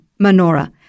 menorah